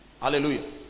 Hallelujah